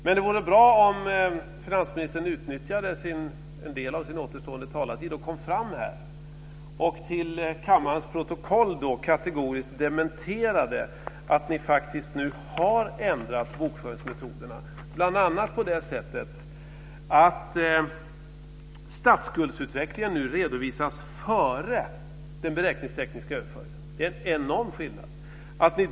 Men det vore bra om finansministern utnyttjade en del av sin återstående talartid att till kammarens protokoll kategoriskt dementera att ni faktiskt har ändrat bokföringsmetoderna, bl.a. så att statsskuldsutvecklingen redovisas före den beräkningstekniska överföringen. Det är en enorm skillnad.